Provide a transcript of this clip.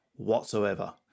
whatsoever